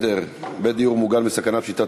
לסדר-היום בנושא: בית דיור מוגן בסכנת פשיטת